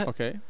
Okay